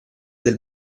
del